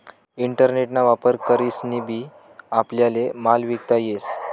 internet ना वापर करीसन बी आपल्याले माल विकता येस